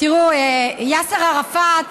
תראו, יאסר ערפאת,